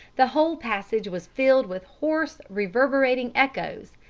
the whole passage was filled with hoarse reverberating echoes,